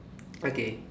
okay